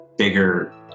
bigger